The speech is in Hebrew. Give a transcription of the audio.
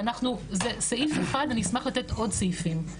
וזה סעיף אחד ואני אשמח לתת עוד סעיפים.